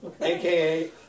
aka